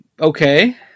okay